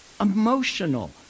emotional